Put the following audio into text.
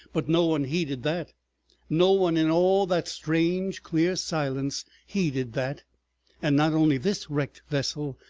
but no one heeded that no one in all that strange clear silence heeded that and not only this wrecked vessel,